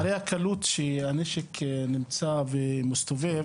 הרי הקלות שהנשק נמצא ומסתובב,